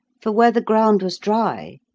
for where the ground was dry,